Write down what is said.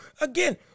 Again